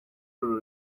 uru